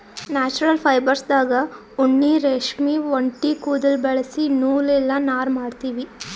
natural ಫೈಬರ್ಸ್ದಾಗ್ ಉಣ್ಣಿ ರೇಷ್ಮಿ ಒಂಟಿ ಕುದುಲ್ ಬಳಸಿ ನೂಲ್ ಇಲ್ಲ ನಾರ್ ಮಾಡ್ತೀವಿ